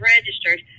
registered